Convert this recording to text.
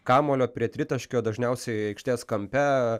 kamuolio prie tritaškio dažniausiai aikštės kampe